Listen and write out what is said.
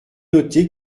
noté